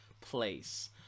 place